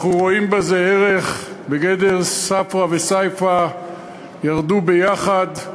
אנחנו רואים בזה ערך בגדר ספרא וסייפא ירדו יחד,